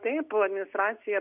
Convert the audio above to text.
taip administracija